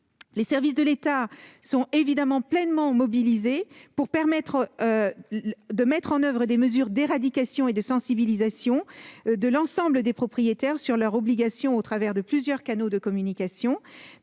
Les services de l'État sont pleinement mobilisés pour mettre en oeuvre les mesures d'éradication et sensibiliser l'ensemble des propriétaires sur leurs obligations au travers de plusieurs canaux de communication.